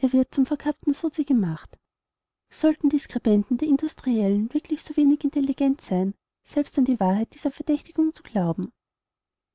er wird zum verkappten sozi gemacht sollten die skribenten der industriellen wirklich so wenig intelligent sein selbst an die wahrheit dieser verdächtigung zu glauben